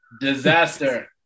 Disaster